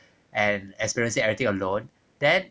and experiencing everything alone then